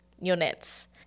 units